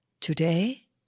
Today